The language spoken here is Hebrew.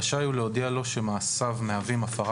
רשאי הוא להודיע לו שמעשיו מהווים הפרה